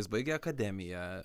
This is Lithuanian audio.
jis baigė akademiją